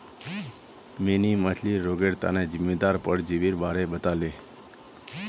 mini मछ्लीर रोगेर तना जिम्मेदार परजीवीर बारे बताले